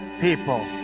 people